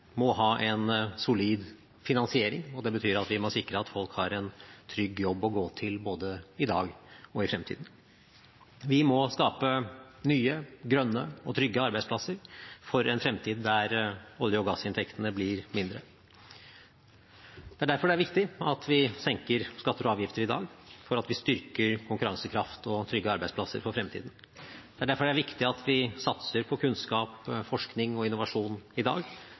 må ha en solid finansiering, og det betyr at vi må sikre at folk har en trygg jobb å gå til, både i dag og i fremtiden. Vi må skape nye, grønne og trygge arbeidsplasser for en fremtid der olje- og gassinntektene blir mindre. Det er derfor det er viktig at vi senker skatter og avgifter i dag, slik at vi styrker konkurransekraft og trygge arbeidsplasser for fremtiden. Det er derfor det er viktig at vi satser på kunnskap, forskning og innovasjon i dag,